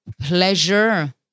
pleasure